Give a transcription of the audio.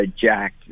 jack